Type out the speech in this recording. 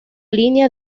línea